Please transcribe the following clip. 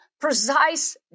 precise